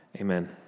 Amen